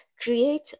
create